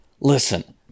Listen